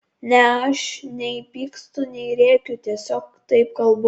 ne aš nei pykstu nei rėkiu tiesiog taip kalbu